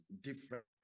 different